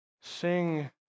Sing